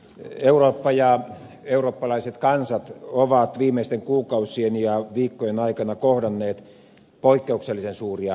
eurooppa ja eurooppalaiset kansat ovat viimeisten kuukausien ja viikkojen aikana kohdanneet poikkeuksellisen suuria haasteita